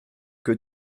que